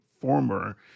former